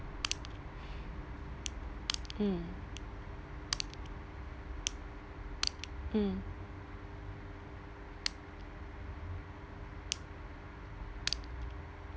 mm mm